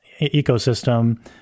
ecosystem